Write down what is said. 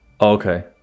Okay